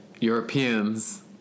Europeans